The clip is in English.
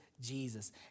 Jesus